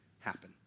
happen